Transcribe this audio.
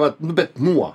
vat nu bet nuo